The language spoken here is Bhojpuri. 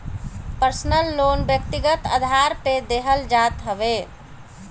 पर्सनल लोन व्यक्तिगत आधार पे देहल जात हवे